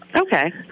Okay